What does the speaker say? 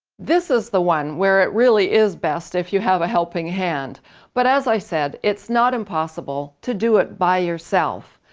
this is the one where it really is best if you have a helping hand but as i said it's not impossible to do it by yourself.